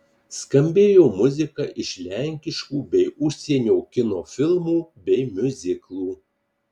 skambėjo muzika iš lenkiškų bei užsienio kino filmų bei miuziklų